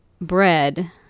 bread